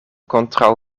kontraŭ